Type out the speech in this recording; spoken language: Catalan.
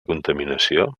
contaminació